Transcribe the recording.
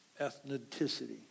ethnicity